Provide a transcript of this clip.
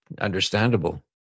Understandable